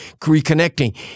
reconnecting